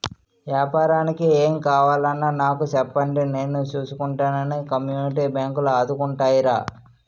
ఏపారానికి ఏం కావాలన్నా నాకు సెప్పండి నేను సూసుకుంటానని కమ్యూనిటీ బాంకులు ఆదుకుంటాయిరా